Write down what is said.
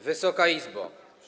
Wysoka Izbo!